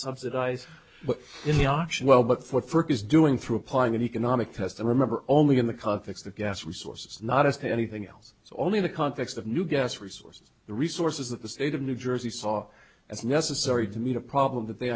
subsidize in the auction well but for is doing through applying an economic test and remember only in the context of gas resources not as anything else it's only the context of new gas resources the resources that the state of new jersey saw as necessary to meet a problem that they